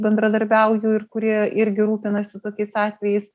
bendradarbiauju ir kurie irgi rūpinasi tokiais atvejais